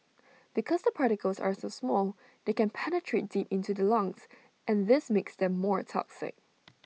because the particles are so small they can penetrate deep into the lungs and this makes them more toxic